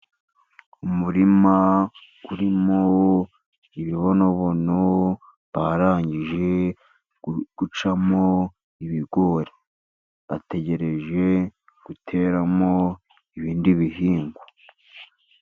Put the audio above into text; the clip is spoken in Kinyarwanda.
Umurima urimo ibibonobono, barangije gucamo ibigori, bategereje guteramo ibindi bihingwa.